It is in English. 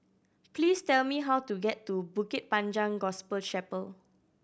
please tell me how to get to Bukit Panjang Gospel Chapel